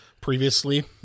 previously